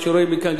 מה שרואים מכאן,